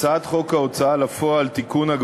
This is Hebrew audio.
הצעת חוק ההוצאה לפועל (תיקון,